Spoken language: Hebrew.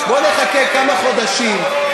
בוא נחכה כמה חודשים.